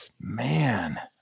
man